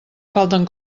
falten